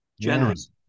generous